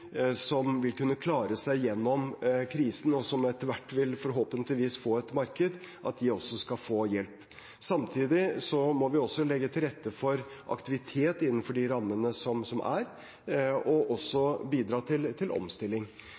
som vil kunne klare seg gjennom krisen, og som etter hvert vil – forhåpentligvis – få et marked, også skal få hjelp. Samtidig må vi legge til rette for aktivitet innenfor de rammene som er, og også bidra til omstilling. For denne pandemien kommer til